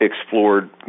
explored